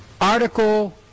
Article